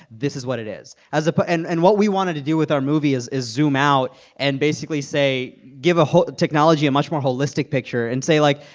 this is what it is, as but and and what we wanted to do with our movie is is zoom out and basically say give technology a much more holistic picture and say like,